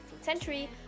century